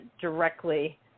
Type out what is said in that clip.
directly